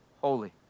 Holy